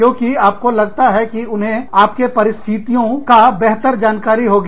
क्योंकि आपको लगता है कि उन्हें आपके परिस्थितियों बेहतर जानकारी होगी